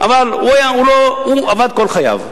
אבל הוא עבד כל חייו.